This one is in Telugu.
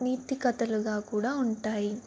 నీతి కథలుగా కూడా ఉంటాయి